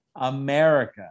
America